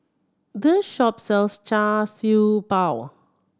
this shop sells Char Siew Bao